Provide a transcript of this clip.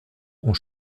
ont